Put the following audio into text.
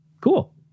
cool